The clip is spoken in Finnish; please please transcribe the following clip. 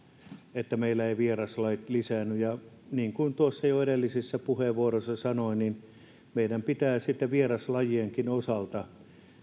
että meillä eivät vieraslajit lisäänny ja niin kuin jo edellisissä puheenvuoroissani sanoin meidän pitää vieraslajienkin osalta